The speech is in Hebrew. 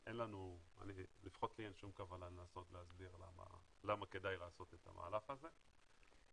לי לפחות אין שום כוונה לנסות להסביר למה כדאי לעשות את המהלך הזה.